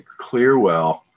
Clearwell